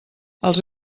els